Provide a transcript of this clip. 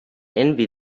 envy